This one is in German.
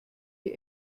die